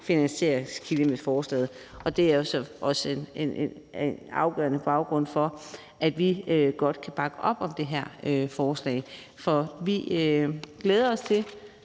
finansieringskilde med forslaget. Det er jo så også afgørende for, at vi godt kan bakke op om det her forslag. Vi glæder os til